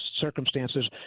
circumstances